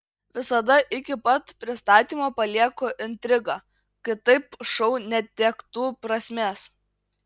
visada iki pat pristatymo palieku intrigą kitaip šou netektų prasmės